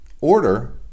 order